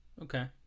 okay